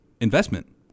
investment